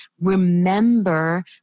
remember